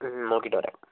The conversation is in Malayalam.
നോക്കിയിട്ട് പറയാം